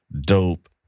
dope